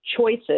choices